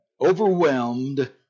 overwhelmed